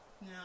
Now